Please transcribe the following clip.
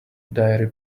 diary